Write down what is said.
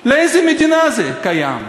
באיזה מדינה זה קיים?